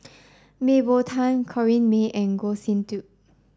Mah Bow Tan Corrinne May and Goh Sin Tub